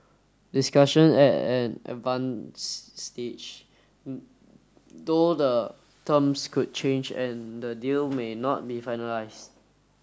discussion at an advanced stage though the terms could change and the deal may not be finalised